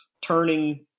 turning